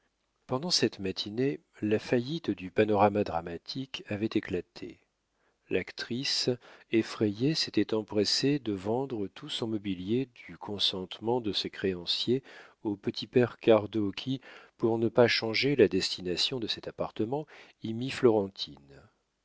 pendant cette matinée la faillite du panorama dramatique avait éclaté l'actrice effrayée s'était empressée de vendre tout son mobilier du consentement de ses créanciers au petit père cardot qui pour ne pas changer la destination de cet appartement y mit florentine